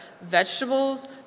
vegetables